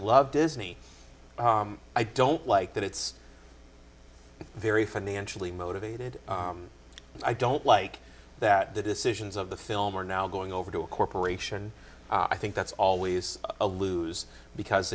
love disney i don't like that it's very financially motivated i don't like that the decisions of the film are now going over to a corporation i think that's always a lose because